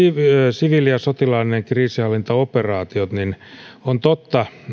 siviili ja sotilaalliset kriisinhallintaoperaatiot on totta